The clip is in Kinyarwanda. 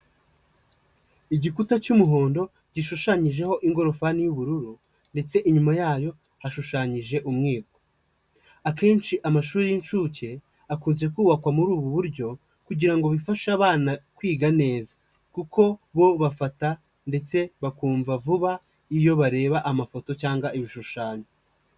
Igikuta cy'umuhondo gishushanyijeho ingorofani y'ubururu ndetse inyuma yayo hashushanyije umwiko, akenshi amashuri y'incuke akunze kubakwa muri ubu buryo kugira ngo bifashe abana kwiga neza kuko bo bafata ndetse bakumva vuba iyo bareba amafoto cyangwa ibishushanyo.